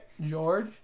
George